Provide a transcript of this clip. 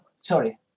sorry